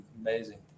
amazing